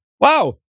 wow